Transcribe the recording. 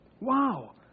Wow